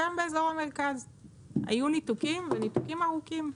גם שם היו ניתוקים ארוכים.